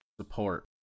support